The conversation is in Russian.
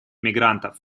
мигрантов